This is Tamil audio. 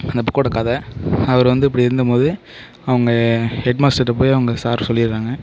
அந்த புக்கோடய கதை அவர் வந்து இப்படி இருந்தபோது அவங்க ஹெட்மாஸ்டர்கிட்ட போய் அவங்க சார் சொல்லிடுறாங்க